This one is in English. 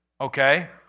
okay